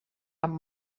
amb